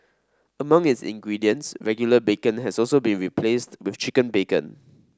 among its ingredients regular bacon has also been replaced with chicken bacon